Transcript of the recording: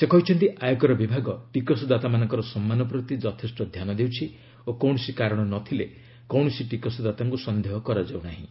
ସେ କହିଛନ୍ତି ଆୟକର ବିଭାଗ ଟିକସଦାତାମାନଙ୍କର ସମ୍ମାନ ପ୍ରତି ଯଥେଷ୍ଟ ଧ୍ୟାନ ଦେଉଛି ଓ କୌଣସି କାରଣ ନଥିଲେ କୌଣସି ଟିକସଦାତାଙ୍କୁ ସନ୍ଦେହ କରାଯାଉ ନାହିଁ